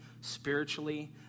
spiritually